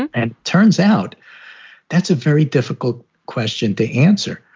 and turns out that's a very difficult question to answer.